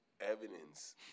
evidence